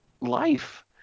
life